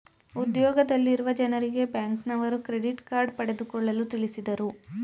ಉದ್ಯೋಗದಲ್ಲಿರುವ ಜನರಿಗೆ ಬ್ಯಾಂಕ್ನವರು ಕ್ರೆಡಿಟ್ ಕಾರ್ಡ್ ಪಡೆದುಕೊಳ್ಳಲು ತಿಳಿಸಿದರು